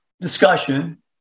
discussion